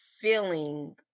feeling